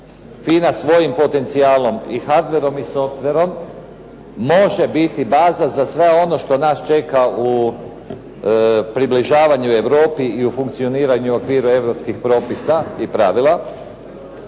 "FINA" svojim potencijalom i hardwerom i softwerom može biti baza za sve ono što nas čeka u približavanju Europi i u funkcioniranju u okviru europskih propisa i pravila.